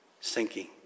sinking